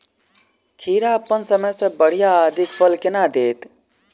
खीरा अप्पन समय सँ बढ़िया आ अधिक फल केना देत?